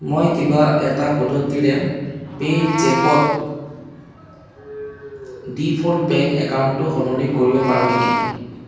মই কিবা এটা পদ্ধতিৰে পেইজেপত ডিফ'ল্ট বেংক একাউণ্টটো সলনি কৰিব পাৰোঁ নেকি